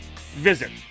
visit